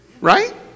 right